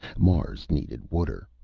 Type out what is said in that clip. mars needed water.